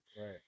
Right